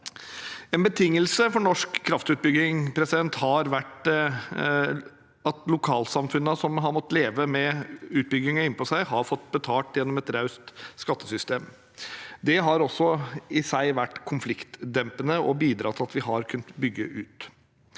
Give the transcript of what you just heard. En betingelse for norsk kraftutbygging har vært at lokalsamfunnene som har måttet leve med utbyggingen innpå seg, har fått betalt gjennom et raust skattesystem. Det har i seg selv vært konfliktdempende og bidratt til at vi har kunnet bygge ut.